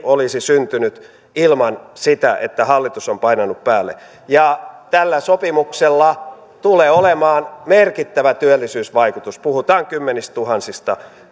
olisi syntynyt ilman sitä että hallitus on painanut päälle tällä sopimuksella tulee olemaan merkittävä työllisyysvaikutus puhutaan kymmenistätuhansista